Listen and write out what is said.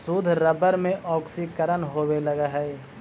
शुद्ध रबर में ऑक्सीकरण होवे लगऽ हई